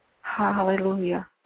Hallelujah